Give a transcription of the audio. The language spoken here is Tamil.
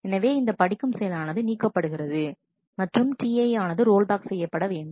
எனவே இந்த படிக்கும் செயலானது நீக்கப்படுகிறது மற்றும் Ti ஆனது ரோல் பேக் செய்யப்படவேண்டும்